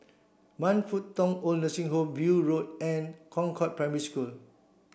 Man Fut Tong OId Nursing Home View Road and Concord Primary School